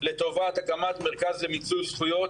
לטובת הקמת מרכז למיצוי זכויות,